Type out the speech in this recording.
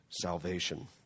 salvation